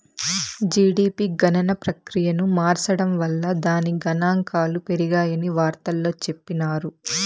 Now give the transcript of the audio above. GDP గణన ప్రక్రియను మార్సడం వల్ల దాని గనాంకాలు పెరిగాయని వార్తల్లో చెప్పిన్నారు